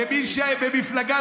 כמי שהיה במפלגה,